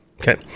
Okay